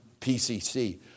PCC